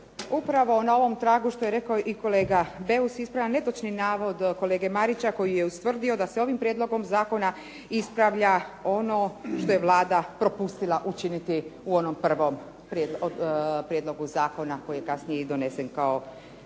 Upravo na ovom tragu što je rekao i kolega Beus, ispravljam netočni navod kolege Marića koji je ustvrdio da se ovim prijedlogom zakona ispravlja ono što je Vlada propustila učiniti u onom prvom prijedlogu zakona koji je kasnije i donesen kao krizni